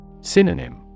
Synonym